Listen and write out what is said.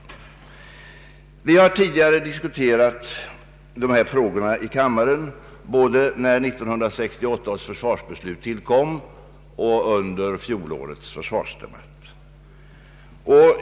Vi har tidigare diskuterat dessa frågor i kammaren, både inför 1968 års försvarsbeslut och under fjolårets försvarsdebait.